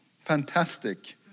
Fantastic